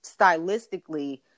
stylistically